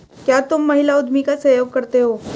क्या तुम महिला उद्यमी का सहयोग करते हो?